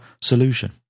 solution